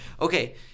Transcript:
Okay